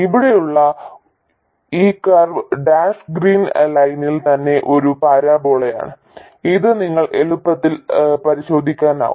ഇവിടെയുള്ള ഈ curve dash green ലൈനിൽ തന്നെ ഒരു പരാബോളയാണ് ഇത് നിങ്ങൾക്ക് എളുപ്പത്തിൽ പരിശോധിക്കാനാകും